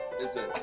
listen